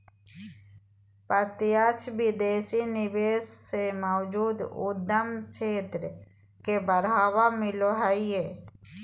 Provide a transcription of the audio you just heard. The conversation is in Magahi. प्रत्यक्ष विदेशी निवेश से मौजूदा उद्यम क्षेत्र के बढ़ावा मिलो हय